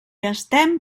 estem